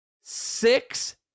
six